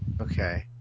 Okay